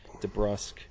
DeBrusque